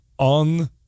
on